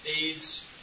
AIDS